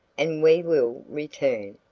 and we will return.